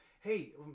hey